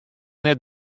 net